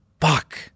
Fuck